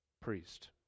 priest